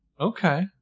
Okay